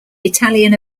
italian